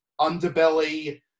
Underbelly